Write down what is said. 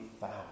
found